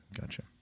Gotcha